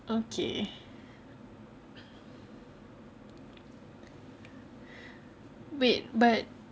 okay wait but